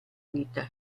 vita